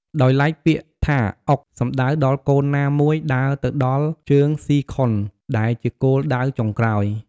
ដោយឡែកពាក្យថា អុក សំដៅដល់កូនណាមួយដើរទៅដល់ជើងស៊ីខុន ដែលជាគោលដៅចុងក្រោយ។